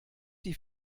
die